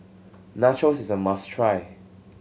nachos is a must try